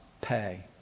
pay